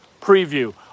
preview